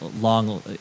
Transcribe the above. long